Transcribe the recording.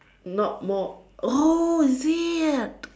not more oh is it